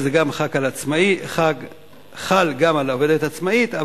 זה חל גם על עובדת עצמאית,